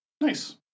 Nice